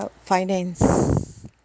uh finance